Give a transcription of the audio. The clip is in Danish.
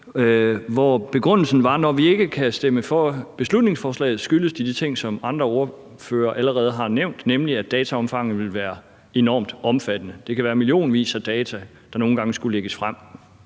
Begrundelsen var her: »Når vi så ikke kan stemme for beslutningsforslaget, skyldes det de ting, som andre ordførere allerede har nævnt, nemlig at dataomfanget vil være enormt omfattende. Det kan være millionvis af data, der nogle gange vil skulle lægges frem.«